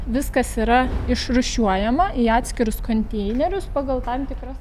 viskas yra išrūšiuojama į atskirus konteinerius pagal tam tikras